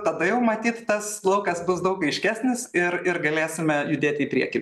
tada jau matyt tas laukas bus daug aiškesnis ir ir galėsime judėti į priekį